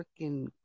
freaking